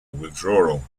withdrawal